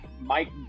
mike